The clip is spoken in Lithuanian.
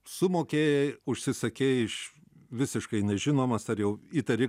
sumokėjai užsisakei iš visiškai nežinomas ar jau įtari